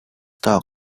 talk